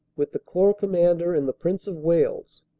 with the corps commander and the prince of wales.